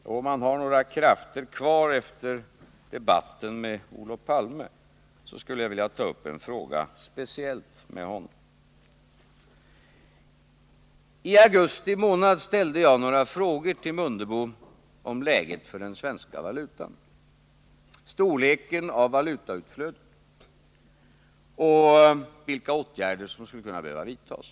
Och om han har några krafter kvar efter debatten med Olof Palme skulle jag vilja ta upp en fråga speciellt med honom. I augusti månad ställde jag några frågor till Ingemar Mundebo om läget för den svenska valutan. Det gällde storleken av valutautflödet och vilka åtgärder som skulle behöva vidtas.